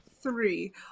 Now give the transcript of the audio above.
three